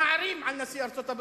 מערים על נשיא ארצות-הברית,